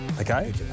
Okay